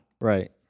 Right